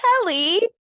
kelly